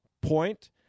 point